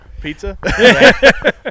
Pizza